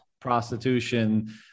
prostitution